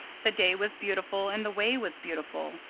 the day was beautiful and the way was beautiful.